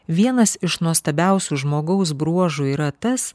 vienas iš nuostabiausių žmogaus bruožų yra tas